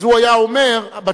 אז הוא היה אומר בתשובה,